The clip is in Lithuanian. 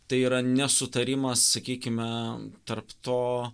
tai yra nesutarimas sakykime tarp to